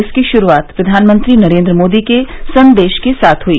इसकी शुरूआत प्रधानमंत्री नरेन्द्र मोदी के संदेश के साथ हुई